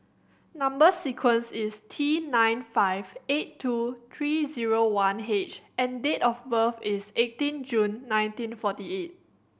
number sequence is T nine five eight two three zero one H and date of birth is eighteen June nineteen forty eight